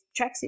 tracksuit